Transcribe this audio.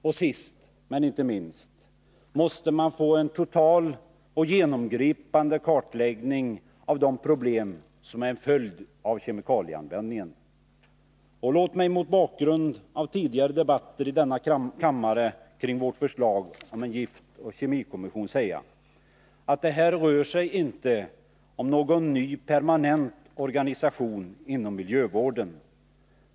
Och sist men inte minst måste man få till stånd en genomgripande kartläggning av de problem som är en följd av kemikalieanvändningen. Låt mig mot bakgrund av tidigare debatter i kammaren om vårt förslag om en giftoch kemikommission säga, att det här inte rör sig om någon ny permanent organisation inom miljövården.